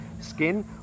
skin